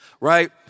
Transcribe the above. right